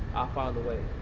find a way.